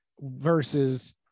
versus